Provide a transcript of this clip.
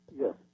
Yes